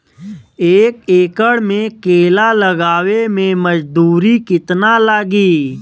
एक एकड़ में केला लगावे में मजदूरी कितना लागी?